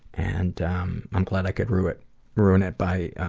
and i'm glad i could ruin ruin it by